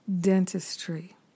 dentistry